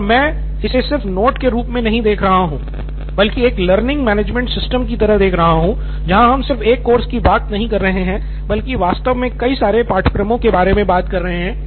और मैं इसे सिर्फ नोट के रूप में नहीं देख रहा बल्कि एक लर्निंग मैनेजमेंट सिस्टम की तरह देख रहा हूँ जहां हम सिर्फ एक कोर्स की बात नहीं कर रहे हैं बल्कि वास्तव में कई सारे पाठ्यक्रमों के बारे मे बात कर रहे हैं